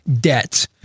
debt